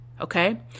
Okay